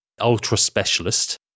ultra-specialist